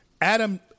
Adam